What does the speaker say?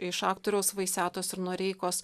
iš aktoriaus vaisetos ir noreikos